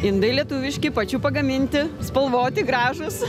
indai lietuviški pačių pagaminti spalvoti gražūs